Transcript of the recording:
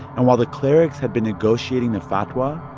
and while the clerics had been negotiating the fatwa,